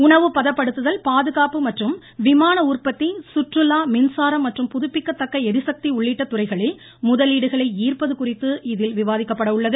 உணவுப்பதப்படுத்துதல் பாதுகாப்பு மற்றும் விமான உற்பத்தி சுற்றுலா மின்சாரம் மற்றும் புதுப்பிக்கத்தக்க ளிசக்தி உள்ளிட்ட துறைகளில் முதலீடுகளை ஈ்ப்பது குறித்து இதில் விவாதிக்கப்பட உள்ளது